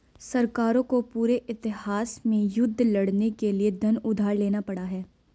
सरकारों को पूरे इतिहास में युद्ध लड़ने के लिए धन उधार लेना पड़ा है